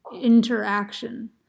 interaction